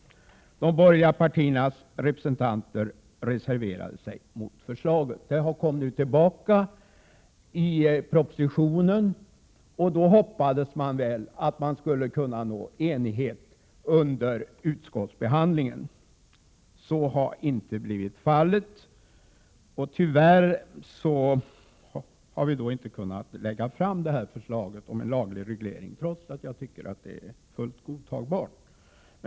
De borgerliga partiernas representanter reserverade sig mot förslaget. Detta förslag återkommer nu i propositionen. Därför hoppades man väl att det skulle gå att uppnå enighet vid utskottsbehandlingen. Så har inte blivit fallet. Tyvärr har vi därför inte kunnat lägga fram ett förslag om en laglig reglering, trots att jag tycker att det är fullt godtagbart.